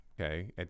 Okay